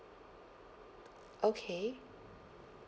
okay